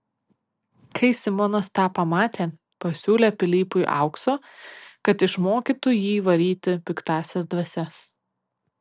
kai simonas tą pamatė pasiūlė pilypui aukso kad išmokytų jį varyti piktąsias dvasias